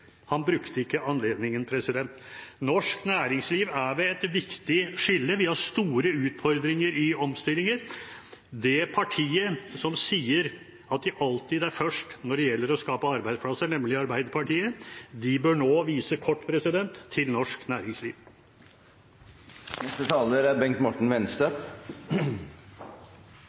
Han brukte ikke anledningen. Norsk næringsliv er ved et viktig skille. Vi har store utfordringer med omstillinger. Det partiet som sier at de alltid er først når det gjelder å skape arbeidsplasser, nemlig Arbeiderpartiet, bør nå vise sine kort til norsk næringsliv. En av de grunnleggende rettighetene for et menneske er